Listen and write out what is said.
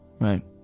right